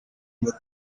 mata